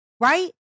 right